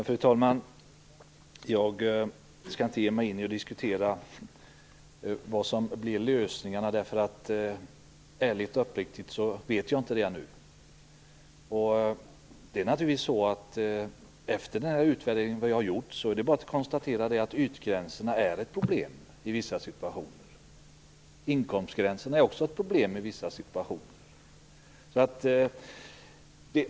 Fru talman! Jag skall inte ge mig in i en diskussion om vilka lösningarna blir. Ärligt talat vet jag inte det ännu. Efter den utvärdering vi har gjort är det bara att konstatera att ytgränserna är ett problem i vissa situationer. Inkomstgränserna är också ett problem i vissa situationer.